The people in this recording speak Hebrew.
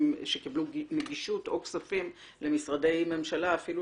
שקיבלו נגישות למשרדי ממשלה או כספים אפילו